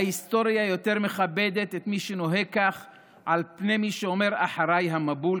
ההיסטוריה יותר מכבדת את מי שנוהג כך על פני מי שאומר "אחריי המבול",